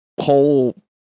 whole